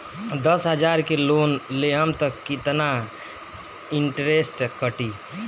दस हजार के लोन लेहम त कितना इनट्रेस कटी?